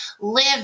live